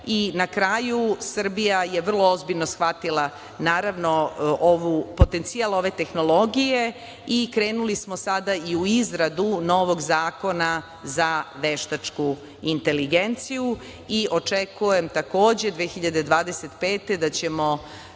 i, na kraju, Srbija je vrlo ozbiljno shvatila, naravno, potencijal ove tehnologije i krenuli smo sada i u izradu novog zakona za veštačku inteligenciju i očekujem 2025. godine da ćemo